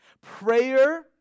prayer